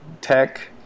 Tech